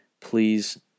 please